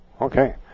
Okay